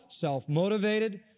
self-motivated